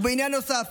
ובעניין נוסף,